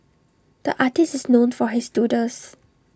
the artist is known for his doodles